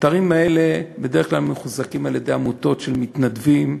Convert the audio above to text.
האתרים האלה בדרך כלל מוחזקים על-ידי עמותות של מתנדבים,